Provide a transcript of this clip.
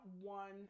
one